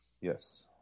Yes